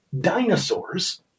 dinosaurs